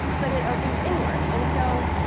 but it opened inward, and so,